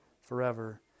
forever